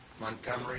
Montgomery